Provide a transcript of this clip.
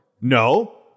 No